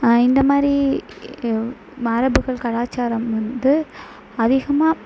இந்த மாதிரி மரபுகள் கலாச்சாரம் வந்து அதிகமாக